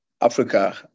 Africa